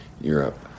Europe